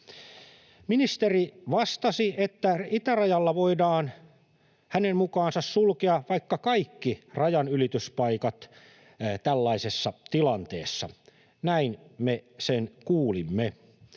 Ministeri vastasi, että itärajalla voidaan hänen mukaansa sulkea vaikka kaikki rajanylityspaikat tällaisessa tilanteessa. Näin me sen kuulimme.